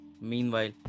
Meanwhile